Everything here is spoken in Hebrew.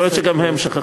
יכול להיות שגם הם שכחו.